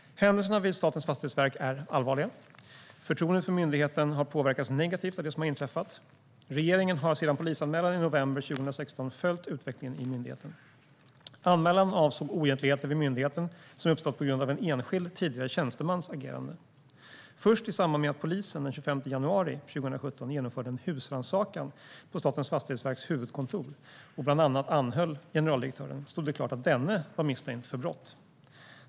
Händelserna vid Statens fastighetsverk är allvarliga. Förtroendet för myndigheten har påverkats negativt av det som har inträffat. Regeringen har sedan polisanmälan i november 2016 följt utvecklingen i myndigheten. Anmälan avsåg oegentligheter vid myndigheten som uppstått på grund av en enskild tidigare tjänstemans agerande. Först i samband med att polisen den 25 januari 2017 genomförde en husrannsakan på Statens fastighetsverks huvudkontor, och bland annat anhöll generaldirektören, stod det klart att denne var misstänkt för brott.